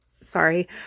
Sorry